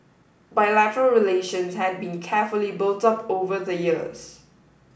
bilateral relations had been carefully built up over the years